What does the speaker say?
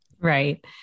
Right